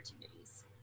opportunities